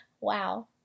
Wow